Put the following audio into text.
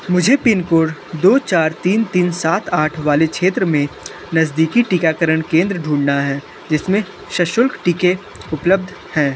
मुझे पिनकोड दो चार तीन तीन सात आठ वाले क्षेत्र में नज़दीकी टीकाकरण केंद्र ढूँढना है जिसमें सशुल्क टीके उपलब्ध हैं